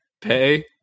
Pay